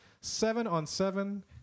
seven-on-seven